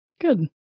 Good